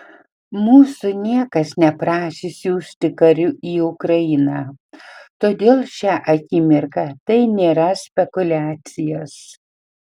mūsų niekas neprašė siųsti karių į ukrainą todėl šią akimirką tai tėra spekuliacijos